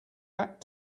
back